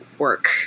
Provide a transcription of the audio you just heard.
work